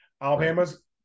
Alabama's